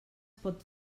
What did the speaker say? pot